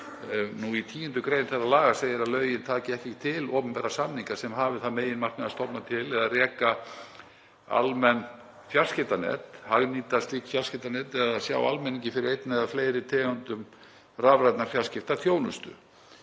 til. Í 10. gr. þeirra laga segir að lögin taki ekki til opinberra samninga sem hafi það meginmarkmið að stofna til eða reka almenn fjarskiptanet, hagnýta slík fjarskiptanet eða sjá almenningi fyrir einni eða fleiri tegundum rafrænnar fjarskiptaþjónustu.